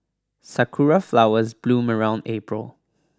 sakura flowers bloom around April